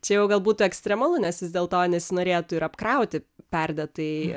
čia jau gal būtų ekstremalu nes vis dėlto nesinorėtų ir apkrauti perdėtai